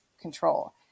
control